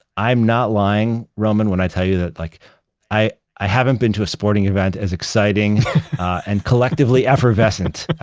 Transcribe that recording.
i'm not lying, roman, when i tell you that like i i haven't been to a sporting event as exciting and collectively effervescent,